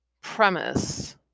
premise